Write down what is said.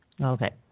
Okay